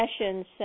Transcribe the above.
sessions